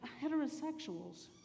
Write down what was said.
heterosexuals